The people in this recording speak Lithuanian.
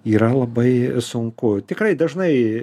yra labai sunku tikrai dažnai